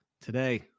Today